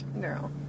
Girl